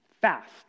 fast